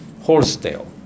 horsetail